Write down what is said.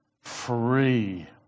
free